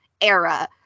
era